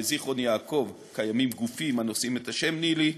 בזיכרון-יעקב קיימים גופים הנושאים את השם ניל"י,